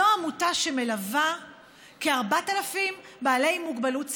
זו עמותה שמלווה כ-4,000 בעלי מוגבלות שכלית.